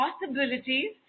possibilities